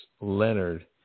Leonard